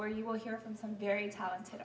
where you will hear from some very talented